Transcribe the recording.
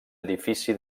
edifici